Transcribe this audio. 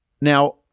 Now